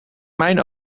mijn